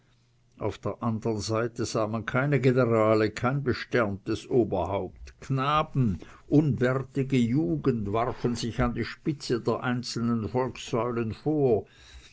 auf der andern seite sah man keine generale kein besterntes oberhaupt knaben unbärtige jugend warfen sich an die spitze der einzelnen volkssäulen vor